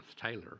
Taylor